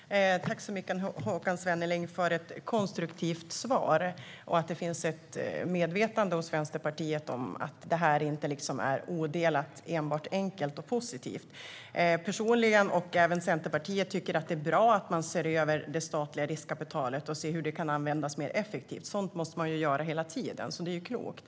Herr talman! Jag tackar Håkan Svenneling för ett konstruktivt svar och för att det finns en medvetenhet hos Vänsterpartiet att detta inte är odelat positivt och enkelt. Jag personligen och Centerpartiet tycker att det är bra att man ser över det statliga riskkapitalet för att man ska se hur det kan användas mer effektivt. Sådant måste man hela tiden göra. Det är därför klokt.